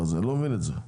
אני לא מבין את זה.